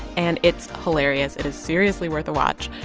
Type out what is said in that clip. and it's hilarious. it is seriously worth a watch.